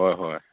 হয় হয়